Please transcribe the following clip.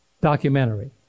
documentary